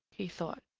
he thought.